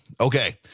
Okay